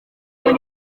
muri